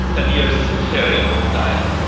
ten years is a very long time.